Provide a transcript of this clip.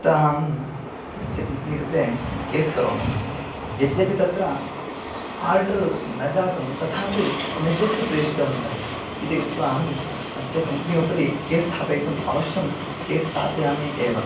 अतः अहम् अस्य कम्पनी कृते केस् करोमि यद्यपि तत्र आर्ड्र न जातं तथापि मेसेज् तु प्रेषितवन्तः इति कृत्वा अहम् अस्य कम्पनी उपरि केस् स्थापयितुम् अवश्यं केस् स्थापयामि एव